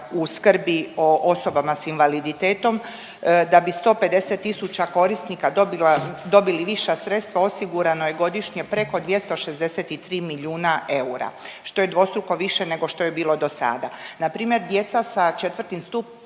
u skrbi o osobama s invaliditetom da bi 150 tisuća korisnika dobila, dobili viša sredstva osigurano je godišnje preko 263 milijuna eura, što je dvostruko više nego što je bilo do sada.